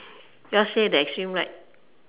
yours leh the extreme right